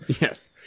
yes